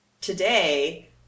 today